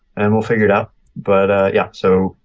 and will figure it out but yeah so.